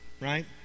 Right